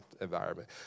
environment